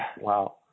Wow